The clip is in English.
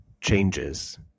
changes